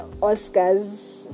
Oscar's